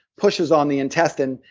pushes on the intestine,